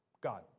God